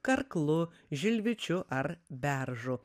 karklu žilvičiu ar beržu